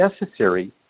necessary